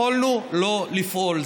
יכולנו לא לפעול.